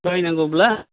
बायनो नांगौब्ला